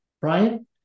Brian